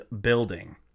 building